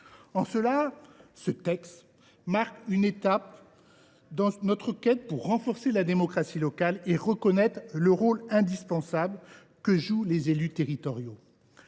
En cela, ce texte marque une étape dans notre quête pour renforcer la démocratie locale et reconnaître le rôle indispensable que jouent les élus territoriaux.